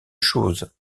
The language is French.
choses